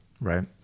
right